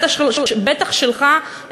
בטח שלך,